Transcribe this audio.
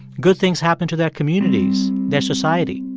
good things happen to their communities, their society.